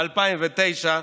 ב-2009,